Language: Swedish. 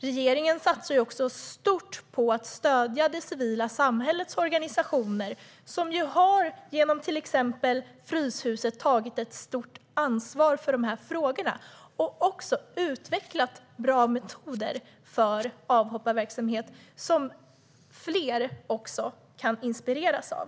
Regeringen satsar också stort på att stödja det civila samhällets organisationer som genom till exempel Fryshuset har tagit ett stort ansvar för frågorna. De har också utvecklat bra metoder för avhopparverksamhet som fler kan inspireras av.